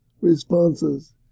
responses